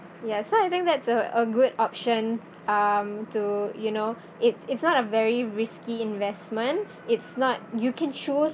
ya so I think that's a a good option um to you know it's it's not a very risky investment it's not you can choose